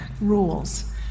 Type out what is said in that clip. rules